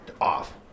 off